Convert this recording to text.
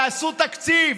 תעשו תקציב.